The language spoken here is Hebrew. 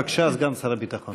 בבקשה, סגן שר הביטחון.